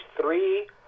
three